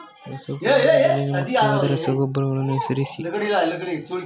ರಸಗೊಬ್ಬರದಲ್ಲಿನ ಮುಖ್ಯವಾದ ರಸಗೊಬ್ಬರಗಳನ್ನು ಹೆಸರಿಸಿ?